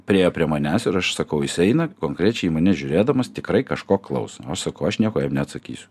priėjo prie manęs ir aš sakau jis eina konkrečiai į mane žiūrėdamas tikrai kažko klaus o sakau aš nieko jam neatsakysiu